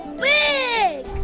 big